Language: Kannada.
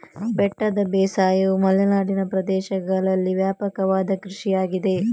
ಬೆಟ್ಟದ ಬೇಸಾಯವು ಮಲೆನಾಡಿನ ಪ್ರದೇಶಗಳಲ್ಲಿ ವ್ಯಾಪಕವಾದ ಕೃಷಿಯಾಗಿದೆ